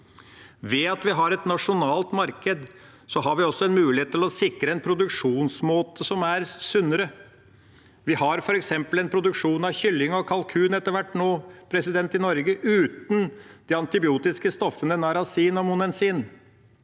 Ved at vi har et nasjonalt marked, har vi også en mulighet til å sikre en produksjonsmåte som er sunnere. Vi har f.eks. etter hvert nå en produksjon av kylling og kalkun i Norge uten de antibiotiske stoffene narasin og monensin.